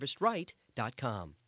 harvestright.com